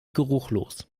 geruchlos